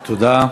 תודה.